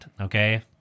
okay